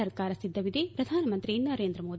ಸರ್ಕಾರ ಸಿದ್ದವಿದೆ ಪ್ರಧಾನಮಂತ್ರಿ ನರೇಂದ್ರ ಮೋದಿ